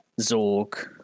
Zorg